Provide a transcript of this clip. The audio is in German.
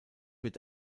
wird